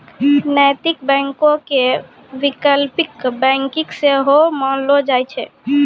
नैतिक बैंको के वैकल्पिक बैंकिंग सेहो मानलो जाय छै